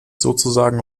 sozusagen